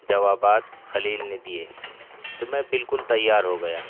جوابات خلیل نے دیے تو میں بالکل تیار ہو گیا